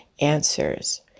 answers